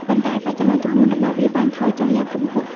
ប៉ុន្តែបច្ចុប្បន្ន ចំនួនរបស់វាបានថយចុះយ៉ាងគំហុក។